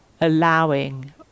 allowing